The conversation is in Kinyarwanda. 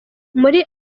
muri